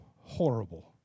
horrible